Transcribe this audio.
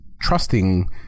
trusting